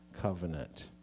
covenant